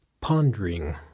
pondering